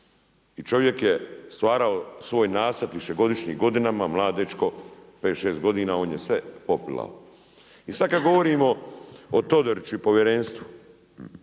I čovjek je stvarao svoj nasad višegodišnji godinama, mlad dečko, 5, 6 godina on je sve popilao. I sada kada govorimo o Todoriću i povjerenstvu,